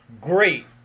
great